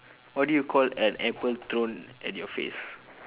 what do call an apple thrown at your face